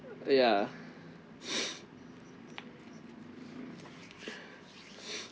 ya